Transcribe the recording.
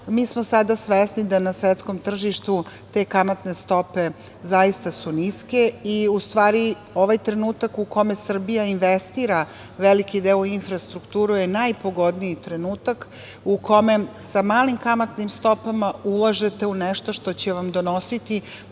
smo sada svesni da su na svetskom tržištu te kamatne stope sada zaista niske i u stvari ovaj trenutak u kome Srbija investira veliki deo u infrastrukturu je najpogodniji trenutak u kome sa malim kamatnim stopama ulažete u nešto što će vam donositi